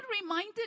reminded